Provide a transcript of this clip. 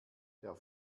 der